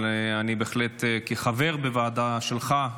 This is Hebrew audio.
אבל כחבר בוועדה שלך,